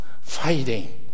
fighting